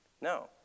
no